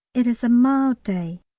it is a mild day,